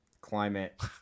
climate